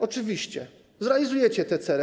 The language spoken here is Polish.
Oczywiście, zrealizujecie te cele.